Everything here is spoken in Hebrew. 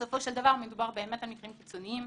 בסופו של דבר, מדובר באמת על מקרים קיצוניים,